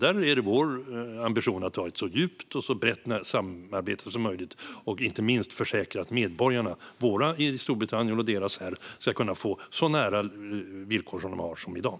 Där är det vår ambition att ha ett så djupt och så brett samarbete som möjligt och inte minst säkra att medborgarna, våra i Storbritannien och deras här, får så nära de villkor de har i dag som möjligt.